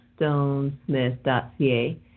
stonesmith.ca